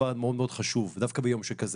דבר מאוד מאוד חשוב, דווקא ביום שכזה.